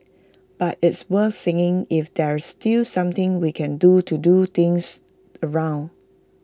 but it's worth seeing if there's still something we can do to do things around